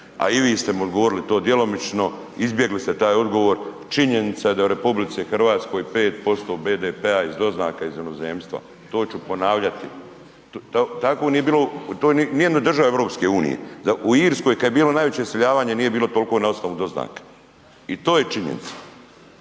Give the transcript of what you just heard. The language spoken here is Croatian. a i vi ste mi odgovorili to djelomično, izbjegli ste taj odgovor. Činjenica da u RH 5% BDP-a iz doznaka iz inozemstva. To ću ponavljati. Tako nije bilo, to nijednoj državi EU. U Irskoj kad je bilo najveće iseljavanje nije bilo toliko na osnovu doznaka. I to je činjenica.